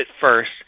first